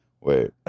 wait